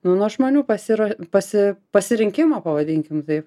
nu nuo žmonių pasiruo pasi pasirinkimų pavadinkim taip